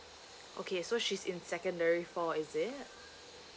okay so she's in secondary four is it